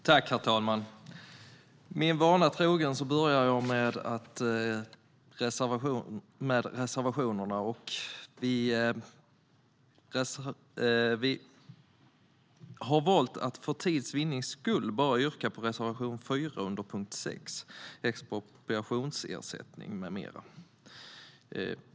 Herr talman! Min vana trogen börjar jag med reservationerna. För tids vinnande väljer jag att yrka bifall endast till reservation 4 under punkt 6, Expropriationsersättning m.m.